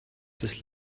des